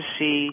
see